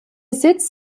sitz